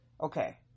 Okay